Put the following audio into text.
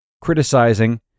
criticizing